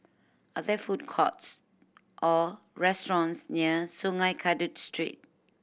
are there food courts or restaurants near Sungei Kadut Street